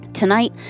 Tonight